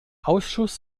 ausschuss